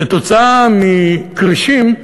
כתוצאה מכרישים,